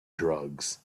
drugs